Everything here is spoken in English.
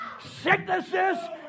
Sicknesses